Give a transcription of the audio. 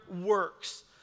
works